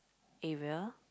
area